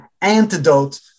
antidote